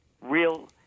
real